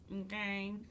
okay